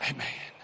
Amen